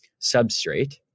substrate